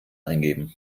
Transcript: eingeben